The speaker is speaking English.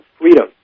freedom